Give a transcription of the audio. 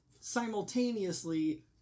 simultaneously